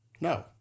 No